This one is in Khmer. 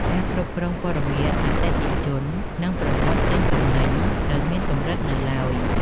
ការគ្រប់គ្រងព័ត៌មានអតិថិជននិងប្រវត្តិទិញទំនិញនៅមានកម្រិតនៅឡើយ។